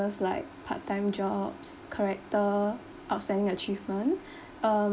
like part time jobs character outstanding achievement um